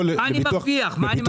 מה אני מרוויח, מה אני מפסיד?